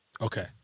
Okay